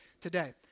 today